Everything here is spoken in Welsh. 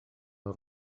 nhw